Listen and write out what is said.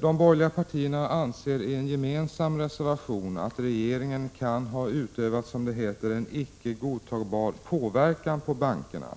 De borgerliga partierna anser i en gemensam reservation att regeringen kål kan ha utövat, som det heter, en icke godtagbar påverkan på bankerna